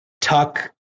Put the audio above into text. Tuck